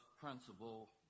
principle